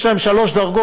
יש להם שלוש דרגות.